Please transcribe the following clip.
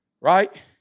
right